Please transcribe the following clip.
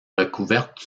recouverte